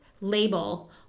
label